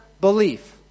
belief